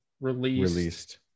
released